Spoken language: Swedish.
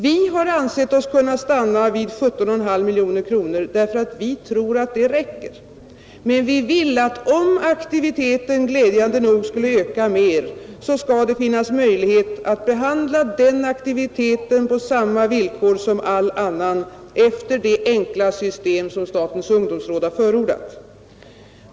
Vi har ansett oss kunna stanna vid 17,5 miljoner kronor därför att vi tror att det räcker, men vi vill att det, om aktiviteten glädjande nog skulle öka mer, skall finnas möjlighet att behandla den aktiviteten på samma villkor som all annan aktivitet enligt det enkla system som statens ungdomsråd har förordat.